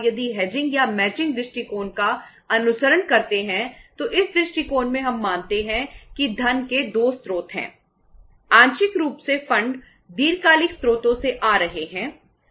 हम हेजिंग दीर्घकालिक स्रोतों से आ रहे हैं